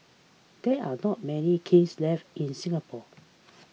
there are not many kilns left in Singapore